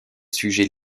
sujets